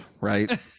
right